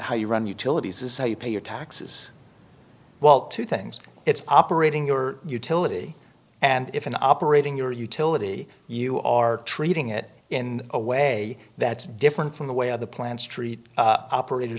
how you run utilities is how you pay your taxes well two things it's operating your utility and if in operating your utility you are treating it in a way that's different from the way other plants treat operator